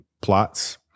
plots